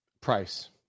Price